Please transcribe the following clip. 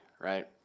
right